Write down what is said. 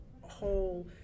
whole